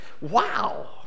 Wow